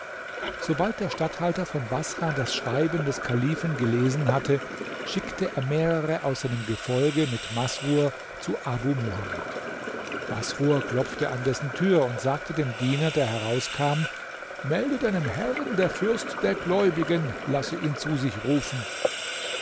sobald der statthalter von baßrah das schreiben des kalifen gelesen hatte schickte er mehrere aus seinem gefolge mit masrar zu abu muhamed masrur klopfte an dessen tür und sagte dem diener der herauskam melde deinem herrn der fürst der gläubigen lasse ihn zu sich rufen